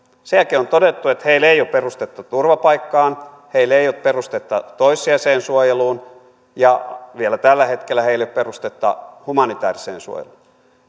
sen jälkeen on todettu että heillä ei ole perustetta turvapaikkaan heillä ei ole perustetta toissijaiseen suojeluun ja vielä tällä hetkellä heillä ei ole perustetta humanitääriseen suojeluun